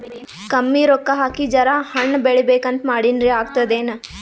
ಕಮ್ಮಿ ರೊಕ್ಕ ಹಾಕಿ ಜರಾ ಹಣ್ ಬೆಳಿಬೇಕಂತ ಮಾಡಿನ್ರಿ, ಆಗ್ತದೇನ?